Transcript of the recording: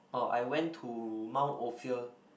oh I went to Mount Ophir